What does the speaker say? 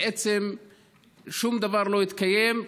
בעצם שום דבר לא התקיים,